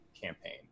campaign